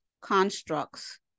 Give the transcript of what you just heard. constructs